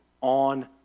on